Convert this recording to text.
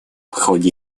ходе